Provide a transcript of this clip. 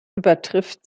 übertrifft